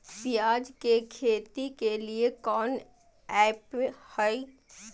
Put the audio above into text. प्याज के खेती के लिए कौन ऐप हाय?